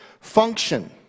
function